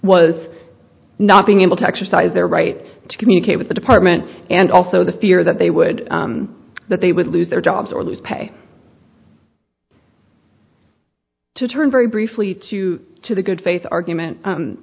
was not being able to exercise their right to communicate with the department and also the fear that they would that they would lose their jobs or lose pay to turn very briefly to to the good faith argument